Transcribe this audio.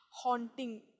haunting